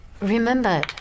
remember